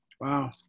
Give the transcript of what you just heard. Wow